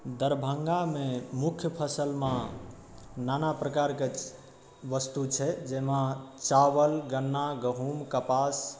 दरभङ्गामे मुख्य फसलमे नाना प्रकार कऽ वस्तु छै जाहिमे चावल गन्ना गहुँम कपास